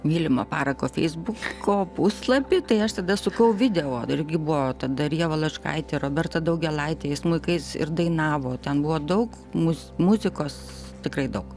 mylimą parako feisbuko puslapį tai aš tada sukau video tada irgi buvo dar ieva leškaitė roberta daugėlaitė smuikais ir dainavo ten buvo daug muz muzikos tikrai daug